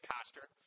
Pastor